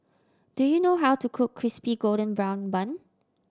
do you know how to cook Crispy Golden Brown Bun